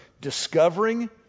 discovering